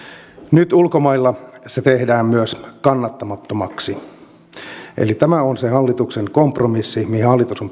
nyt ulkomailla se tehdään myös kannattamattomaksi eli tämä on se hallituksen kompromissi mihin hallitus on